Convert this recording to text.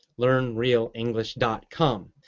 LearnRealEnglish.com